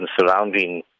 surrounding